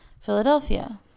Philadelphia